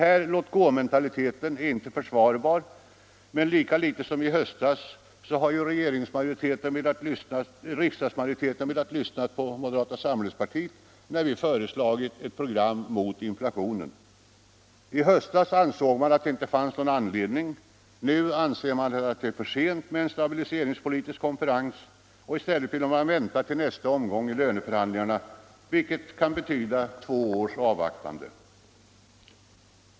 Denna låtgåmentalitet är inte försvarbar, men lika litet som i höstas har riksdagsmajoriteten velat lyssna på moderata samlingspartiet när vi föreslagit ett program mot inflationen. I höstas ansåg man att det inte fanns någon anledning, och nu anser man att det är för sent med en stabiliseringspolitisk konferens. I stället vill man vänta till nästa omgång i löneförhandlingarna, vilket kan betyda två års avvaktande.